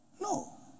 No